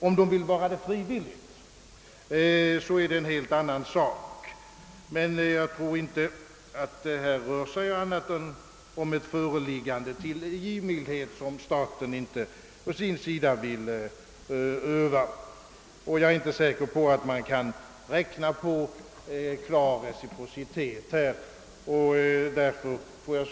Om de vill vara det frivilligt, är det helt annorlunda, men jag förmenar, att det här inte rör sig om annat än ett föreläggande till givmildhet, som staten å sin sida inte vill utöva. Jag är dessutom inte säker på att man kan räkna med klar reciprocitet härvidlag från de andra nordiska länderna.